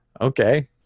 okay